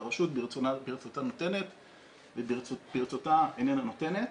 ברצותה נותנת וברצותה איננה נותנת.